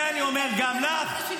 זה אני אומר גם לך,